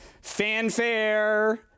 fanfare